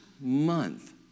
month